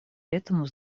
этому